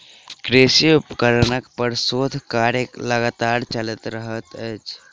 कृषि उपकरण पर शोध कार्य लगातार चलैत रहैत छै